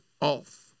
off